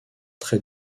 très